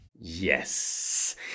Yes